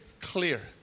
clear